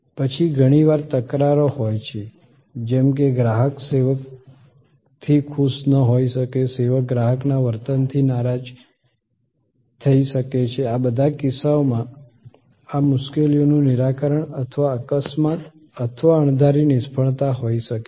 પછી ઘણી વાર તકરાર હોય શકે છે જેમકે ગ્રાહક સેવકથી ખુશ ન હોઈ શકે સેવક ગ્રાહકના વર્તનથી નારાજ થઈ શકે છે આ બધા કિસ્સાઓમાં આ મુશ્કેલીઓનું નિરાકરણ અથવા અકસ્માત અથવા અણધારી નિષ્ફળતા હોઈ શકે છે